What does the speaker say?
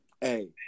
Hey